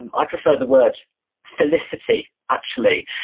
and i prefer the word felicity, actually.